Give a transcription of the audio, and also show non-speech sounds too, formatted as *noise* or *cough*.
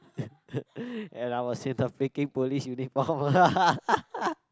*laughs* and I was in the freaking police uniform *laughs*